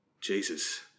Jesus